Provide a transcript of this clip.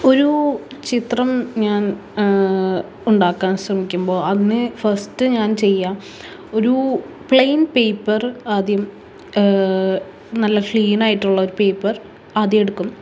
ഒരു ചിത്രം ഞാൻ ഉണ്ടാക്കാൻ ശ്രമിക്കുമ്പോൾ അതിന് ഫസ്റ്റ് ഞാൻ ചെയ്യുക ഒരൂ പ്ലെയിൻ പേപ്പർ ആദ്യം നല്ല ഫ്ളീനായിട്ടൊള്ളൊര് പേപ്പർ ആദ്യം എടുക്കും